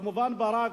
כמובן ברק,